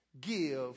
give